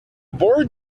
board